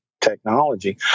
technology